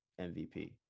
MVP